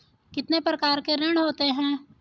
कितने प्रकार के ऋण होते हैं?